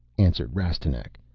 answered rastignac.